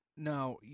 Now